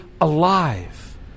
alive